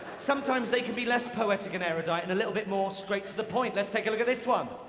sometimes they can be less poetic and erudite and a little bit more straight to the point. let's take a look at this one.